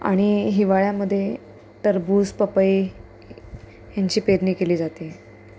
आणि हिवाळ्यामध्ये टरबूज पपई ह्यांची पेरणी केली जाते